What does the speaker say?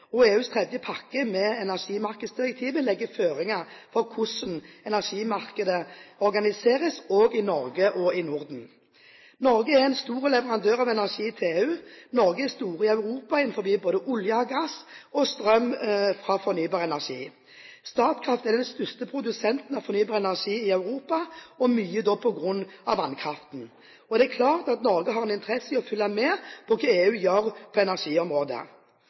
årene. EUs tredje pakke med energimarkedsdirektiver legger føringer for hvordan energimarkedene organiseres, også i Norge og i Norden. Norge er en stor leverandør av energi til EU. Norge er store i Europa innen både olje, gass og strøm fra fornybar energi. Statkraft er den største produsenten av fornybar energi i Europa, mye på grunn av vannkraften. Det er klart at Norge har interesse i å følge med på hva EU gjør på energiområdet.